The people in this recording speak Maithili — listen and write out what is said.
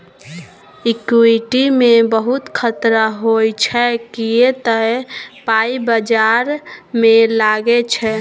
इक्विटी मे बहुत खतरा होइ छै किए तए पाइ बजार मे लागै छै